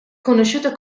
conosciuto